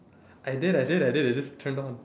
I did I did I did it just turned on